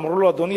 אמרו לו: אדוני,